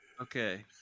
Okay